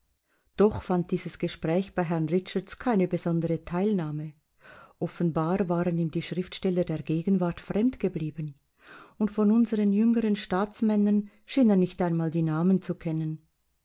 doch fand dieses gespräch bei herrn richards keine besondere teilnahme offenbar waren ihm die schriftsteller der gegenwart fremd geblieben und von unseren jüngeren staatsmännern schien er nicht einmal die namen zu kennen